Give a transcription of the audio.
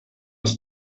das